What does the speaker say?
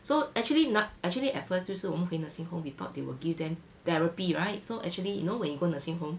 so actually not actually at first 就是我们回 nursing home we thought they will give them therapy [right] so actually you know when you go nursing home